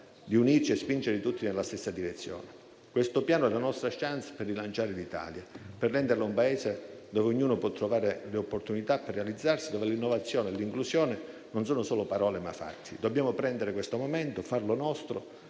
di unirci e di spingere tutti nella stessa direzione. Questo Piano è la nostra *chance* per rilanciare l'Italia, per renderla un Paese dove ognuno può trovare le opportunità per realizzarsi, dove l'innovazione e l'inclusione sono non solo parole, ma anche fatti. Dobbiamo prendere questo momento, farlo nostro